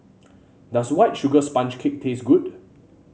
does White Sugar Sponge Cake taste good